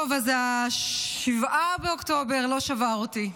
טוב אז 7 באוקטובר לא שבר אותי,